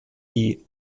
die